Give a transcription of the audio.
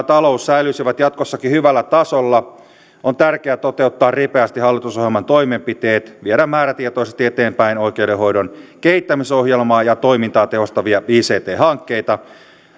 talous säilyisivät jatkossakin hyvällä tasolla on tärkeää toteuttaa ripeästi hallitusohjelman toimenpiteet ja viedä määrätietoisesti eteenpäin oikeudenhoidon kehittämisohjelmaa ja toimintaa tehostavia ict hankkeita